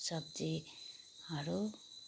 सब्जीहरू